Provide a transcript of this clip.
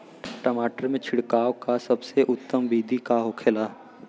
टमाटर में छिड़काव का सबसे उत्तम बिदी का होखेला?